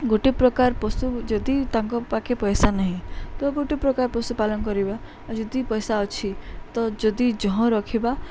ଗୋଟେ ପ୍ରକାର ପଶୁ ଯଦି ତାଙ୍କ ପାଖେ ପଇସା ନାହିଁ ତ ଗୋଟେ ପ୍ରକାର ପଶୁପାଳନ କରିବା ଆଉ ଯଦି ପଇସା ଅଛି ତ ଯଦି ଜହଁ ରଖିବା